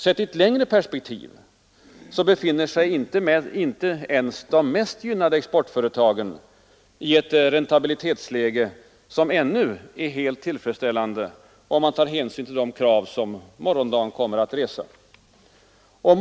Sett i ett längre perspektiv befinner sig inte ens de mest gynnade exportföretagen ännu i ett räntabilitetsläge som är helt tillfredsställande, om man tar hänsyn till de krav som morgondagen kommer att resa.